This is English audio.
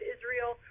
Israel